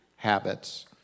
Habits